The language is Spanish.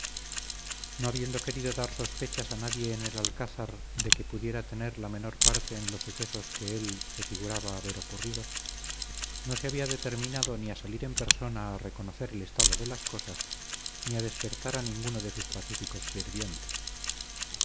no habiendo querido dar sospechas a nadie en el alcázar de que pudiera tener la menor parte en los sucesos que él se figuraba haber ocurrido no se había determinado ni a salir en persona a reconocer el estado de las cosas ni a despertar a ninguno de sus pacíficos sirvientes